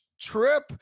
trip